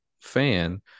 fan